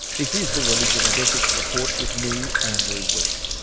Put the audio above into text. this is the religion and ethics report with me, andrew west